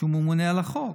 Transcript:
כשהוא ממונה על החוק,